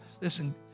listen